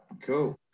Cool